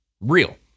Real